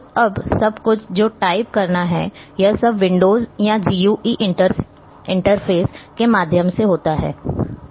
तो अब सब कुछ जो टाइप करना है यह सब विंडोज़ या GUI इंटरफ़ेस के माध्यम से होता है